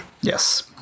Yes